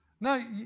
Now